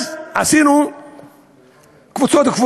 אז עשינו קבוצות-קבוצות,